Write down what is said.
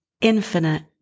infinite